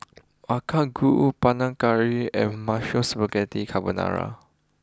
Makchang Gui Panang Curry and Mushroom Spaghetti Carbonara